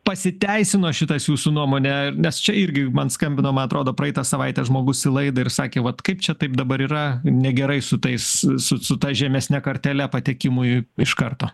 pasiteisino šitas jūsų nuomone nes čia irgi man skambino man atrodo praeitą savaitę žmogus į laidą ir sakė vat kaip čia taip dabar yra negerai su tais su su ta žemesne kartele patekimui iš karto